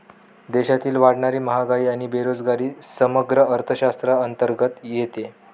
देशातील वाढणारी महागाई आणि बेरोजगारी समग्र अर्थशास्त्राअंतर्गत येते